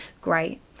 great